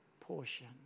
portion